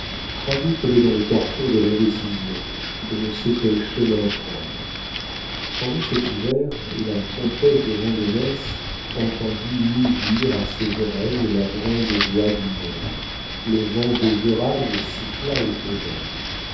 croyez qu'elle est dans le carrefour de l'indécision et ne sait quel chemin prendre pendant cet hiver la comtesse de vandenesse entendit mugir à ses oreilles la grande voix du monde le vent des orages siffla autour d'elle